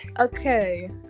Okay